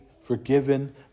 forgiven